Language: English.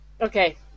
Okay